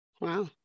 Wow